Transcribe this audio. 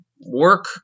work